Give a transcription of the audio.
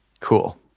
Cool